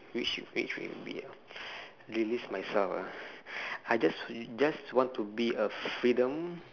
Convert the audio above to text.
which which will it be release myself ah I just just want to be a freedom